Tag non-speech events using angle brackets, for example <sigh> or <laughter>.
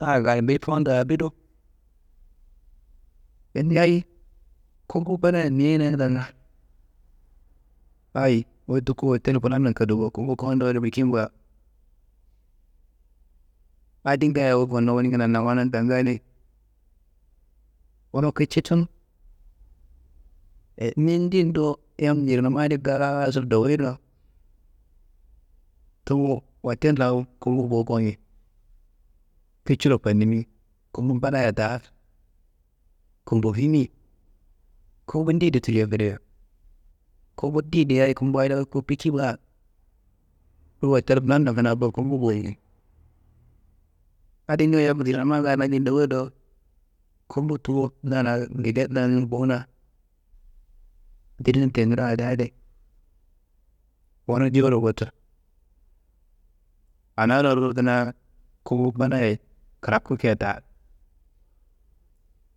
<unintelligible> fuwun dammi tendiayi kumbu fadaya ni lartanga, hayi wuyi tuku hotel filanun koduko, kumbu kondo adi bikin baa. Adi ngaayo wuyi konnuwi wuni kinanna mana kanga adi wuro kici tunu, ni ndido yam njirnuma adi ndarraso dowuyi do, tummu hotellan kumbu nguwuko nji, kiciro fanimi kumbu fadaya taa kumbu fimi kumbu ndidi tikia kirayo kumbu ndidiyayi kumbu adi biki ba wu hotel filando kina kumbu buyoyi. Adi ngaayo yam njirnuma ndaayo nanjo dowoyi dowo, kumbu tummu nalan ngede laan bumuna. Ana lorro kina kumbu fadaye kirakku keya ta